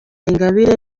ingabire